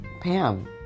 Pam